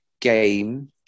game